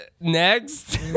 Next